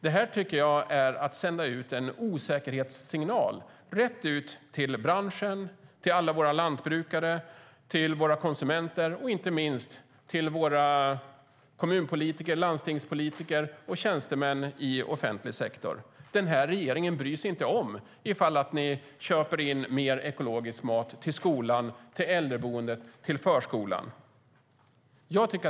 Det är att sända en osäkerhetssignal rätt ut till branschen, till alla våra lantbrukare, till våra konsumenter och inte minst till våra kommunpolitiker, landstingspolitiker och tjänstemän i offentlig sektor: Den här regeringen bryr sig inte om ifall ni köper in mer ekologisk mat till skolan, till äldreboendet eller till förskolan.